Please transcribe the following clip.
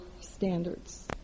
standards